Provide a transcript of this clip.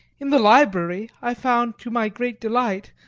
in the library i found, to my great delight,